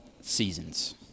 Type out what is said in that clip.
seasons